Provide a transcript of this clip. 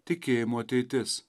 tikėjimo ateitis